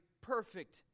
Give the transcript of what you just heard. perfect